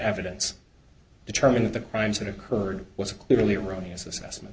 evidence determine that the crimes that occurred was a clearly erroneous assessment